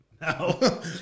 No